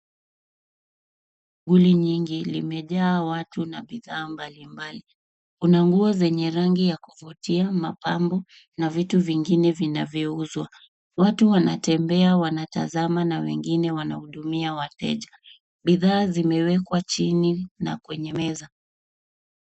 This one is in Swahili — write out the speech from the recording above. shughuli nyingi limejaa watu na bidhaa mbalimbali. Una nguo zenye rangi ya kuvutia, mapambo na vitu vingine vinavyouzwa. Watu wanatembea wanatazama na wengine wanamhudumia wateja. Bidhaa zimewekwa chini na kwenye meza.